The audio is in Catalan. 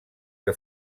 que